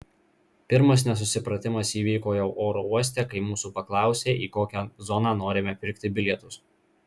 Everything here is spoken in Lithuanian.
pirmas nesusipratimas įvyko jau oro uoste kai mūsų paklausė į kokią zoną norime pirkti bilietus